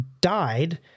died